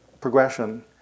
progression